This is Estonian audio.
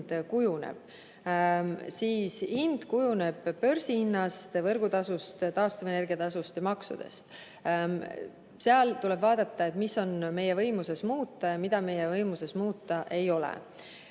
hind kujuneb börsihinna, võrgutasu, taastuvenergia tasu ja maksude alusel. Tuleb vaadata, mida on meie võimuses muuta, mida meie võimuses muuta ei ole.